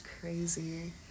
crazy